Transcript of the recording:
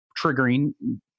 triggering